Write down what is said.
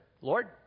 Lord